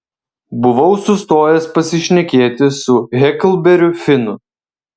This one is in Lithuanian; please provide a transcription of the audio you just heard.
buvau sustojęs pasišnekėti su heklberiu finu